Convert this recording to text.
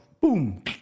boom